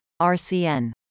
RCN